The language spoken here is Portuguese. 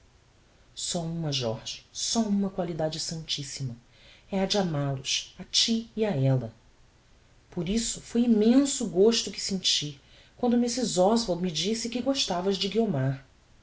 só uma jorge só uma qualidade santissima é a de amal os a ti e a ella por isso foi immenso o gôsto que senti quando mrs oswald me disse que gostavas de guiomar